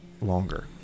longer